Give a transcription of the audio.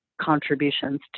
contributions